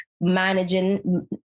managing